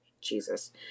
Jesus